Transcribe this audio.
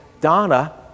Donna